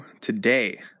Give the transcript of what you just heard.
Today